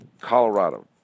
Colorado